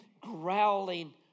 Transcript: growling